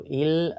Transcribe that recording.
ill